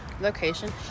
Location